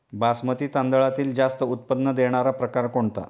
बासमती तांदळातील जास्त उत्पन्न देणारा प्रकार कोणता?